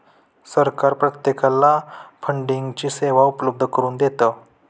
सरकार प्रत्येकाला फंडिंगची सेवा उपलब्ध करून देतं